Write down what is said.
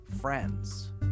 Friends